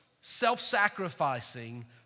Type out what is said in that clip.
self-sacrificing